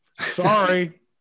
Sorry